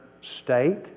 state